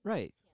Right